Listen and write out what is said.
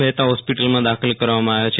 મહેતા હોસ્પિટલમાં દાખલ કરવામાં આવ્યા છે